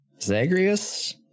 Zagreus